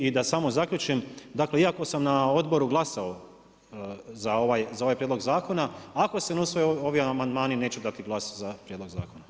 I da samo zaključim, dakle iako sam na odboru glasao za ovaj prijedlog zakona ako se ne usvoje ovi amandmani neću dati glas za prijedlog zakona.